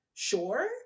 sure